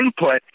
input